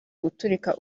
guturika